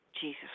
Jesus